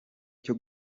cyo